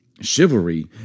Chivalry